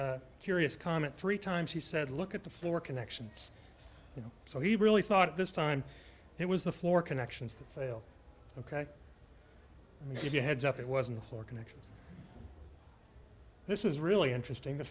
a curious comment three times he said look at the floor connections you know so he really thought this time it was the floor connections that fail ok get your heads up it wasn't the floor connections this is really interesting the